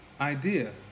Idea